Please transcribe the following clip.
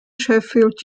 sheffield